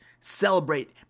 celebrate